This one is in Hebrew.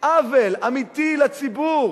עוול אמיתי לציבור.